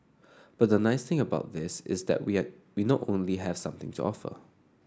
but the nice thing about this is that we are we not only have something to offer